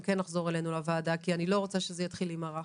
לחזור אלינו לוועדה כי אני לא רוצה שזה יתחיל להימרח?